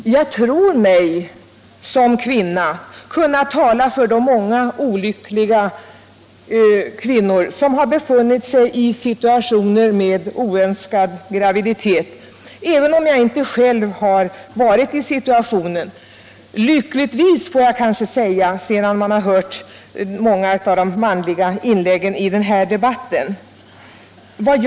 Som kvinna tror jag mig kunna tala för de många olyckliga kvinnor som har befunnit sig i situationer med oönskad graviditet, även om jag själv — lyckligtvis, får jag kanske säga, efter att ha hört många av de manliga inläggen i denna debatt — inte har varit i den situationen.